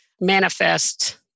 manifest